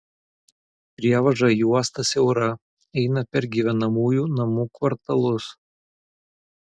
prievaža į uostą siaura eina per gyvenamųjų namų kvartalus